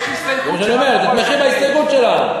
זה מה שאני אומר, תתמכי בהסתייגות שלנו.